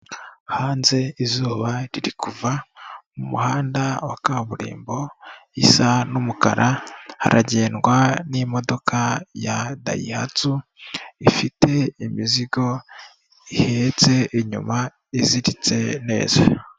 Hanze izuba riri kuva mu muhanda wa kaburimbo isa n'umukara haragendwa n'imodoka ya Daihatsu, ifite imizigo ihetse inyuma iziritse neza.